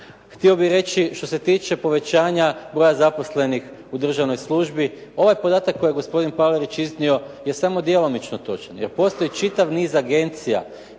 htio bih reći što se tiče povećanja broja zaposlenih u državnoj službi. Ovaj podatak koji je gospodin Palarić iznio je samo djelomično točan. Jer postoji čitav niz agencija